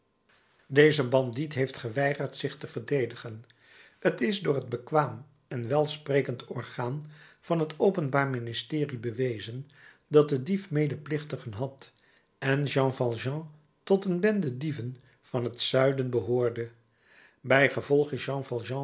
deze bandiet heeft geweigerd zich te verdedigen t is door het bekwaam en welsprekend orgaan van het openbaar ministerie bewezen dat de dief medeplichtigen had en jean valjean tot een bende dieven van t zuiden behoorde bijgevolg is jean